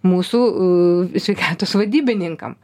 mūsų sveikatos vadybininkam